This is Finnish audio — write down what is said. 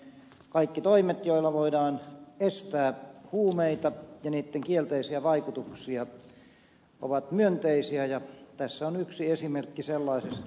kaikki toimet joilla voidaan estää huumeita ja niitten kielteisiä vaikutuksia ovat myönteisiä ja tässä on yksi esimerkki sellaisesta